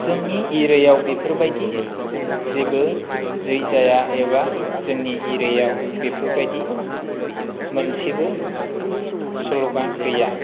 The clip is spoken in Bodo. जोंनि एरियायाव बेफोरबायदि जेबो जै जाया एबा जोंनि एरियाव बेफोरबायदि मोनसेबो स्ल'गान गैया